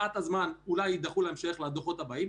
רשות המיסים או ההתייחסות שלה לדוח עצמו,